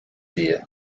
dia